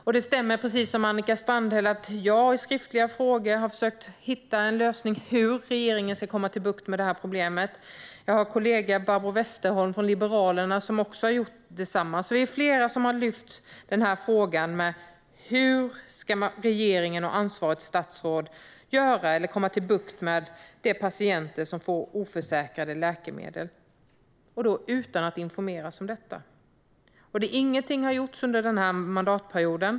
Och det stämmer, som Annika Strandhäll säger, att jag i skriftliga frågor har frågat hur regeringen ska få bukt med problemet. Min kollega Barbro Westerholm från Liberalerna har gjort detsamma, så vi är flera som har frågat hur regeringen och ansvarigt statsråd ska få bukt med problemet att patienter får oförsäkrade läkemedel, och då utan att informeras om detta. Ingenting har gjorts under den här mandatperioden.